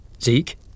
Zeke